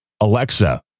Alexa